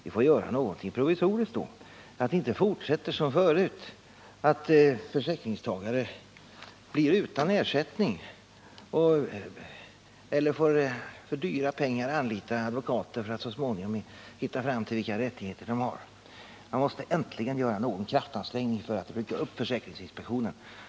Man får väl göra någonting provisoriskt, så att det inte fortsätter som förut, att försäkringstagare blir utan ersättning eller får för dyra pengar anlita advokater för att så småningom hitta fram till vilka rättigheter de har. Man måste äntligen göra en kraftansträngning för att rycka upp försäkringsinspektionen.